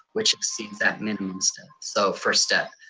which exceeds that minimum step. so first step.